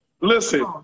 Listen